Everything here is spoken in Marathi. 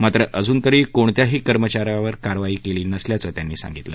मात्र अजून तरी कोणत्याही कर्मचाऱ्यावर कारवाई केली नसल्याचंही त्यांनी सांगितलं